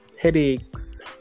headaches